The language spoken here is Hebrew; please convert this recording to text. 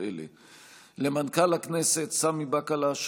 למרות הכול אני גאה לומר שכנסת ישראל הייתה מן הפרלמנטים היחידים